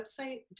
website